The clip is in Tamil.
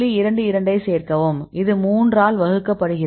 22 ஐச் சேர்க்கவும் இது 3 ஆல் வகுக்கப்படுகிறது